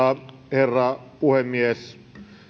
herra puhemies